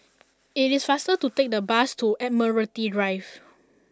it is faster to take the bus to Admiralty Drive